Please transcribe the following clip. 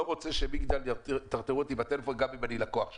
לא רוצה שמגדל יטרטרו אותי בטלפון גם אם אני לקוח שלהם.